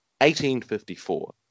1854